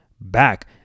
back